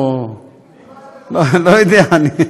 אני בעד לברך.